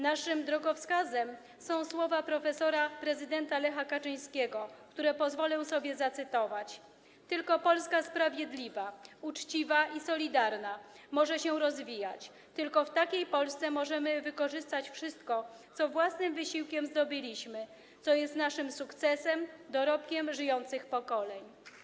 Naszym drogowskazem są słowa prezydenta prof. Lecha Kaczyńskiego, które pozwolę sobie zacytować: Tylko Polska sprawiedliwa, uczciwa i solidarna może się rozwijać, tylko w takiej Polsce możemy wykorzystać wszystko, co własnym wysiłkiem zdobyliśmy, co jest naszym sukcesem, dorobkiem żyjących pokoleń.